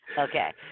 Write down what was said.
Okay